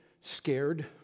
scared